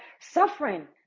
suffering